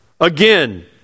again